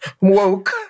Woke